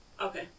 Okay